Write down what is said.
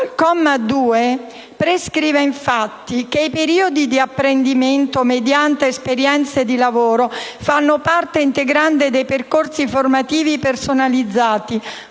prescrive infatti, quanto segue: «I periodi di apprendimento mediante esperienze di lavoro fanno parte integrante dei percorsi formativi personalizzati,